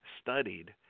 Studied